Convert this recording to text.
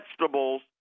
vegetables